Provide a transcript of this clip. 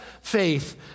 faith